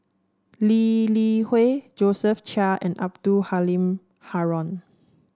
Lee Li Hui Josephine Chia and Abdul Halim Haron